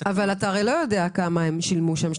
אבל אתה הרי לא יודע כמה הם שילמו שם.